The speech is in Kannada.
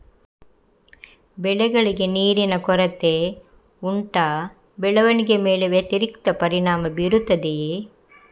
ಬೆಳೆಗಳಿಗೆ ನೀರಿನ ಕೊರತೆ ಉಂಟಾ ಬೆಳವಣಿಗೆಯ ಮೇಲೆ ವ್ಯತಿರಿಕ್ತ ಪರಿಣಾಮಬೀರುತ್ತದೆಯೇ?